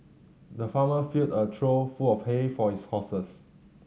the farmer filled a trough full of hay for his horses